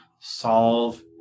solve